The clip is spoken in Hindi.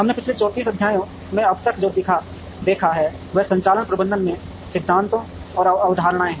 हमने पहले के 34 व्याख्यानों में अब तक जो देखा है वह संचालन प्रबंधन में सिद्धांत और अवधारणाएं हैं